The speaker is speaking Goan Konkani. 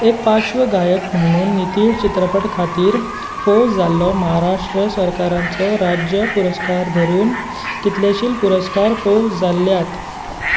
एक पार्श्वगायक म्हुणून नितिळ चित्रपट खातीर फावो जाल्लो महाराष्ट्र सरकाराचो राज्य पुरस्कार धरून कितलेशेच पुरस्कार फावो जाल्यात